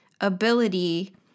ability